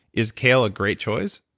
is kale a great choice?